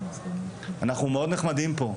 אנחנו מאוד נחמדים פה,